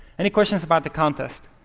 any questions about the contest?